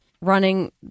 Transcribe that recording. running